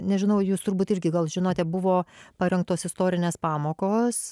nežinau jūs turbūt irgi gal žinote buvo parengtos istorinės pamokos